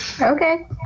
Okay